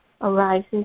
arises